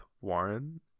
Warren